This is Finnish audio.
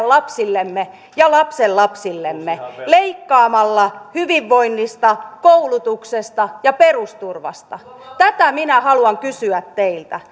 lapsillemme ja lapsenlapsillemme leikkaamalla hyvinvoinnista koulutuksesta ja perusturvasta tätä minä haluan kysyä teiltä